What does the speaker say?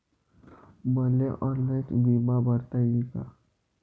मले ऑनलाईन बिमा भरता येईन का?